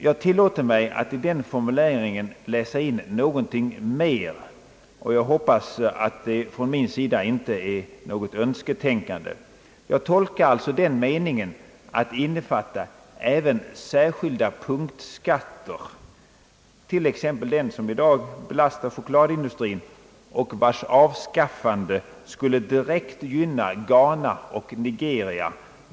Jag tillåter mig att i den formuleringen läsa in någonting mer, och jag hoppas att det inte är något önsketänkande från min sida. Jag tolkar detta att innefatta även punktskatter, t.ex. den som i dag belastar chokladindustrin och vars avskaffande skulle direkt gynna Ghana och Nigeria.